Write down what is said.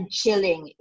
chilling